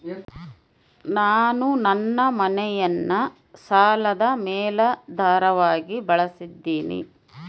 ನಾನು ನನ್ನ ಮನೆಯನ್ನ ಸಾಲದ ಮೇಲಾಧಾರವಾಗಿ ಬಳಸಿದ್ದಿನಿ